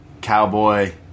cowboy